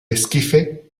esquife